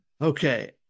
okay